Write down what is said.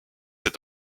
cet